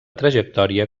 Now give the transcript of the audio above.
trajectòria